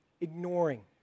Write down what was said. ignoring